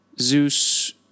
Zeus